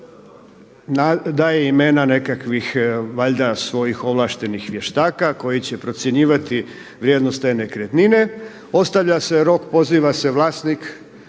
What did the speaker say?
daje imena nekakvih valjda svojih ovlaštenih vještaka koji će procjenjivati vrijednost te nekretnine, ostavlja se rok, poziva se vlasnik